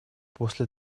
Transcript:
после